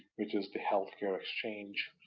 which is the healthcare exchange,